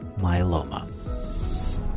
myeloma